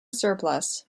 surplus